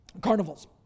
carnivals